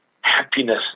happiness